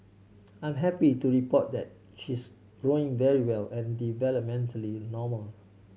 I'm happy to report that she's growing very well and developmentally normal